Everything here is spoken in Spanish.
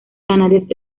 canarias